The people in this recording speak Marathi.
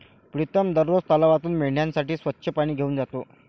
प्रीतम दररोज तलावातून मेंढ्यांसाठी स्वच्छ पाणी घेऊन जातो